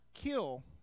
kill